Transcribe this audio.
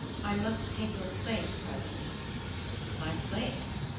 i must take your place presently my place?